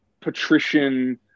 Patrician